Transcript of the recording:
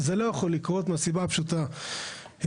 זה לא יכול לקרות מהסיבה הפשוטה, אם